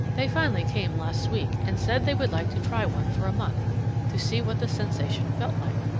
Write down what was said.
they finally came last week, and said they would like to try one for a month to see what the sensation felt like.